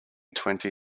twenty